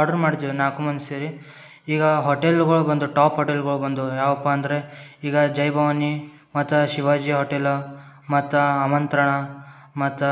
order ಮಾಡ್ತೇವೆ ನಾಲ್ಕು ಮಂದಿ ಸೇರಿ ಈಗ ಹೋಟೆಲ್ಗಳು ಬಂದುವು ಟಾಪ್ ಹೋಟೆಲ್ಗಳು ಬಂದುವು ಯಾವಪ್ಪ ಅಂದರೆ ಈಗ ಜೈ ಭವಾನಿ ಮತ್ತು ಶಿವಾಜಿ ಹೋಟೆಲ್ ಮತ್ತು ಆಮಂತ್ರಣ ಮತ್ತು